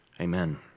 Amen